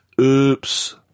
Oops